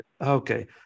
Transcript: Okay